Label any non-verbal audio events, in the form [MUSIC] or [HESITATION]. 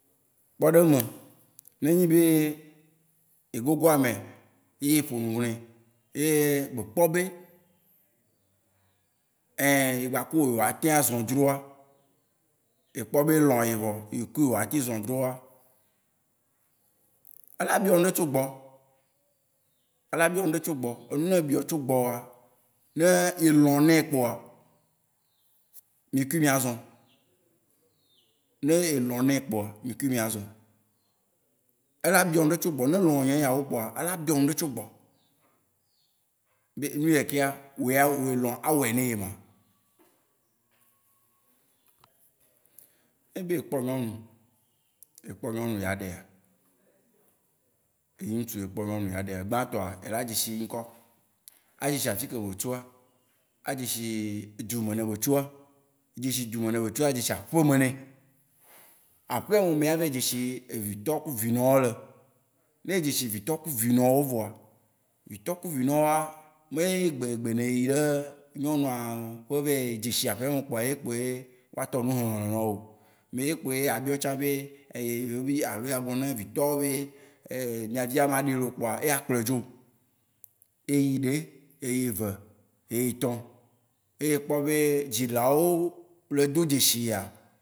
Kpɔɖeŋu me, ne enyi be egogo amea ye epo nu nɛ, ye be kpɔ be ɛ, ye gbakuwò ye wóa te azɔ dzroa, ekpɔ be elɔa ye vɔ, yekui ye woa te zɔ dzroa, ela biɔ nuɖe tso gbɔwo. Ela biɔ nuɖe tso gbɔwo. Enu ma wò biɔ tso gbɔwoa, ne elɔ nɛ kpoa, mikui mía zɔ. Ne elɔ nɛ kpoa mikui mía zɔ. Ela biɔ nuɖe tso gbɔwo, ne elɔ nyanyawo kpoa, ela biɔ nuɖe tso gbɔwo be enu yakea woya elɔ awɔe ne ye ma. Nenyi be ekpɔ nyɔnu dza ɖea, ewò nustu ekpɔ nyɔnu dza ɖea, gbãtɔa ela dze shi nyikɔ, adze shi afike be tsoa. A dze shi edzu yime ne be tsoa, adze shi du yime ne be tsoa, adze shi aƒe me ne. Aƒea me mi ya vayi dze shi evitɔ ku vinɔ wó le. Ne edze si vitɔ ku vinɔ wó vɔa, vitɔ ku vinɔ wóa, ne gbeyigbe ne ele nyɔnua tsɔ vayi dze shi aƒe me kpoa ye kpoe woa tɔ nu hlehle na wò oo. Me ye kpoe abiɔ tsã be [HESITATION] alo yea gblɔ ne vitɔa wó be [HESITATION] mìa via maɖi loo kpoa yea kplɔe dzo o. Eyi ɖe, eyi ve, eyi tɔ yele kpɔ be dzilawo le do dzesi yea.